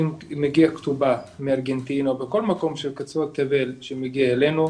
אם מגיעה כתובה מארגנטינה או בכל מקום של קצוות תבל שמגיע אלינו,